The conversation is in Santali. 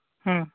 ᱦᱮᱸ